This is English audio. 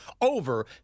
over